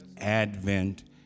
Advent